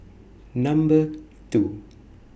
Number two